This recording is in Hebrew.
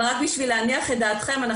אבל רק כדי להניח את דעתכם,